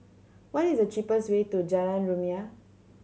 what is the cheapest way to Jalan Rumia